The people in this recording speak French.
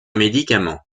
médicament